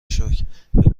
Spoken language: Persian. شکر، به